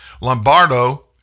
Lombardo